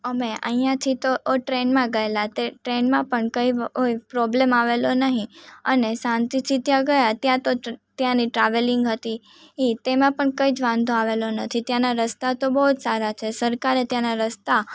અમે અહીંયાથી તો ટ્રેનમાં ગયેલા તે ટ્રેનમાં પણ કંઈ ઓય પ્રોબલમ આવેલો નહીં અને શાંતિથી ત્યાં ગયા ત્યાં તો ત્યાંની ટ્રાવેલિંગ હતી એ તેમાં પણ કંઈ જ વાંધો આવેલો નથી ત્યાંના રસ્તા તો બહુ જ સારા છે સરકારે ત્યાંના રસ્તા